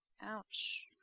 Ouch